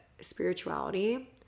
spirituality